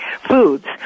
foods